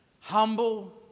humble